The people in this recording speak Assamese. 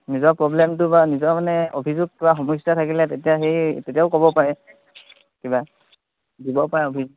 নিজৰ প্ৰব্লেমটো বা নিজৰ মানে অভিযোগ বা সমস্যা থাকিলে তেতিয়া সেই তেতিয়াও ক'ব পাৰে কিবা দিব পাৰে অভিযোগ